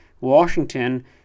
Washington